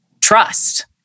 trust